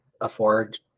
afford